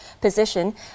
position